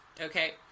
okay